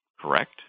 correct